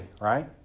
Right